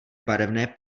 barevné